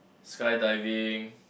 sky diving